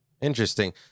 Interesting